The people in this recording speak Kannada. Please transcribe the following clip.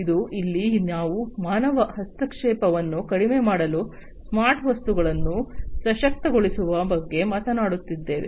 ಮತ್ತು ಇಲ್ಲಿ ನಾವು ಮಾನವ ಹಸ್ತಕ್ಷೇಪವನ್ನು ಕಡಿಮೆ ಮಾಡಲು ಸ್ಮಾರ್ಟ್ ವಸ್ತುಗಳನ್ನು ಸಶಕ್ತಗೊಳಿಸುವ ಬಗ್ಗೆ ಮಾತನಾಡುತ್ತಿದ್ದೇವೆ